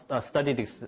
studied